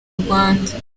rwanda